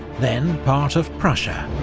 then part of prussia.